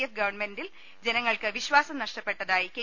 F ഗവൺമെന്റിൽ ജനങ്ങൾക്ക് വിശ്വാസം നഷ്ടപ്പെട്ടതായി കെ